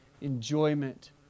enjoyment